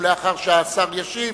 ולאחר שהשר ישיב,